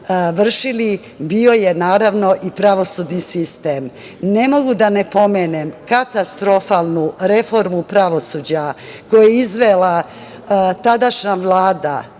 bio je naravno i pravosudni sistem. Ne mogu, a da ne pomenem katastrofalnu reformu pravosuđa koju je izvela tadašnja Vlada,